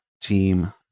team